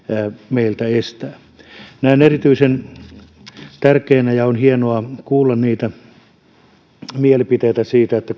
meiltä estää näen erityisen tärkeänä ja on hienoa kuulla mielipiteitä siitä että